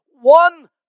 One